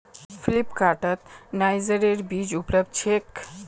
फ्लिपकार्टत नाइजरेर बीज उपलब्ध छेक